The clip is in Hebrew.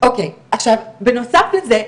בנוסף לזה,